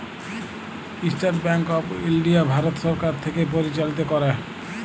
State Bank of India Bharat সরকার থ্যাকে পরিচালিত ক্যরে